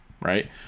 right